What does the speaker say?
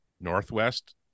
Northwest